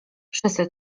wszyscy